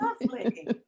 lovely